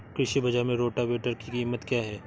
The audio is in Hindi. कृषि बाजार में रोटावेटर की कीमत क्या है?